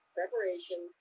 preparation